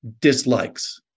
dislikes